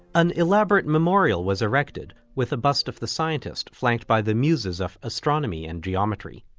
an elaborate memorial was erected, with the bust of the scientist flanked by the muses of astronomy and geometry.